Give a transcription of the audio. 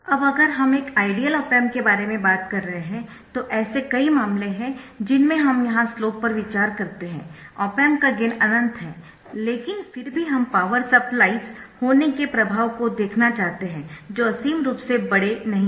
अब अगर हम एक आइडियल ऑप एम्प के बारे में बात कर रहे है तो ऐसे कई मामले है जिनमें हम यहाँ स्लोप पर विचार करते है ऑप एम्प का गेन अनंत है लेकिन फिर भी हम पावर सप्लाइज होने के प्रभाव को देखना चाहते है जो असीम रूप से बड़े नहीं हैं